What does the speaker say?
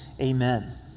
amen